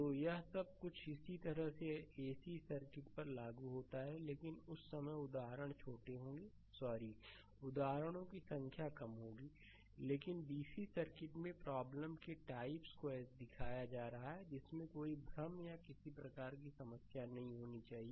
तो यह सब कुछ इसी तरह से एसी सर्किटों पर लागू होता है लेकिन उस समय उदाहरण छोटे होंगे सॉरी उदाहरणों की संख्या कम होगी लेकिन डीसी सर्किट में प्रॉब्लम की टाइप्स को ऐसे दिखाया जा रहा है जिसमें कोई भ्रम या किसी प्रकार की समस्या नहीं होनी चाहिए